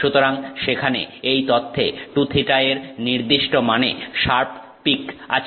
সুতরাং সেখানে এই তথ্যে 2θ এর নির্দিষ্ট মানে শার্প পিক আছে